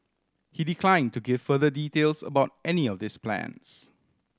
he decline to give further details about any of these plans